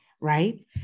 Right